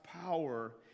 power